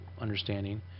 understanding